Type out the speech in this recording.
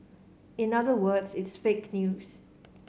in other words it's fake news